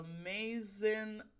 amazing